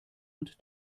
und